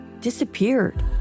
disappeared